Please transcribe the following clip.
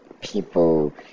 people